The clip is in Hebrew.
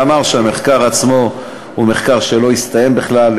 ואמר שהמחקר עצמו לא הסתיים בכלל,